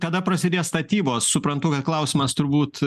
kada prasidės statybos suprantu kad klausimas turbūt